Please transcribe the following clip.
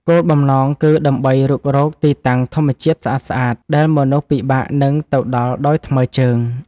គោលបំណងគឺដើម្បីរុករកទីតាំងធម្មជាតិស្អាតៗដែលមនុស្សពិបាកនឹងទៅដល់ដោយថ្មើរជើង។